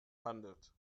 handelt